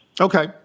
Okay